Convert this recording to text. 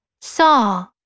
saw